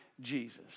Jesus